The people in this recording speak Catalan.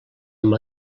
amb